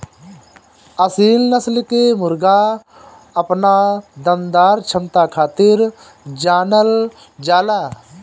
असील नस्ल के मुर्गा अपना दमदार क्षमता खातिर जानल जाला